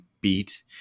beat